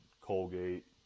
Colgate